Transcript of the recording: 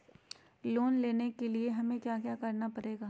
Loan लेने के लिए हमें क्या क्या करना पड़ेगा?